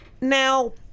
Now